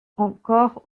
encore